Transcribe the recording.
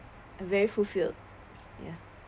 very fulfilled ya